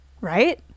right